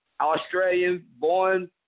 Australian-born